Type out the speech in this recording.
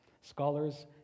Scholars